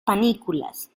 panículas